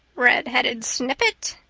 redheaded snippet,